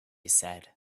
said